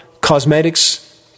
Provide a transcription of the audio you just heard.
cosmetics